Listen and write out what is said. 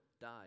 die